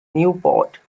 newport